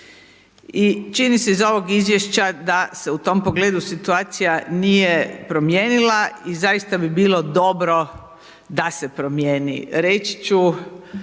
I čini se iz ovog Izvješća da se u tom pogledu situacija nije promijenila i zaista bi bilo dobro da se promijeni. Reći ću